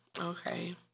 Okay